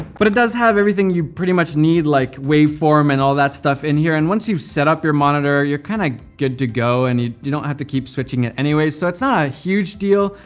but it does have everything you pretty much need, like waveform and all that stuff in here. and once you've set up your monitor, you're kind of good to go. and you you don't have to keep switching it anyways, so it's not a huge deal,